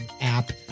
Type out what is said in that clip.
app